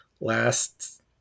last